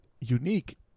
unique